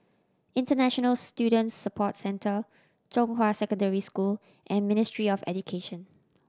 International Student Support Centre Zhonghua Secondary School and Ministry of Education